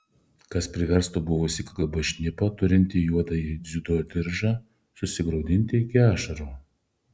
kas priverstų buvusį kgb šnipą turintį juodąjį dziudo diržą susigraudinti iki ašarų